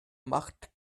macht